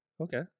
okay